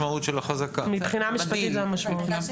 מבחינה משפטית זו המשמעות.